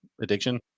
addiction